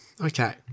Okay